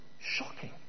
Shocking